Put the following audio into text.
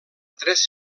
tres